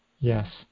Yes